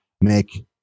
make